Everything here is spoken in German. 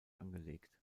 angelegt